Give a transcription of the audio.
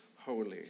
holy